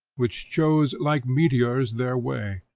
which chose, like meteors, their way,